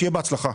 שיהיה בהצלחה.